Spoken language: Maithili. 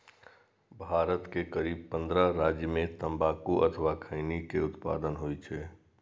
भारत के करीब पंद्रह राज्य मे तंबाकू अथवा खैनी के उत्पादन होइ छै